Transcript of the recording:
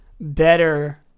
better